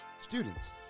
students